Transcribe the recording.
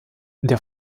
der